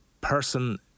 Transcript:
person